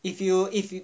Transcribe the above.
if you if you